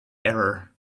error